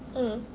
mm